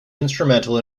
instrumental